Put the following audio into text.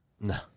No